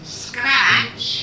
scratch